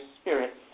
spirit